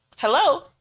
hello